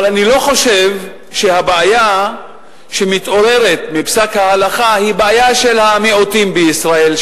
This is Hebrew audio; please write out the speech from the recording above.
אני לא חושב שהבעיה שמתעוררת מפסק ההלכה היא הבעיה של המיעוטים בישראל,